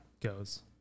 goes